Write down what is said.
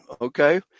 Okay